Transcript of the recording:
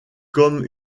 comme